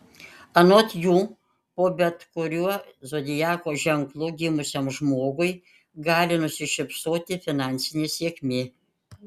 anot jų po bet kuriuo zodiako ženklu gimusiam žmogui gali nusišypsoti finansinė sėkmė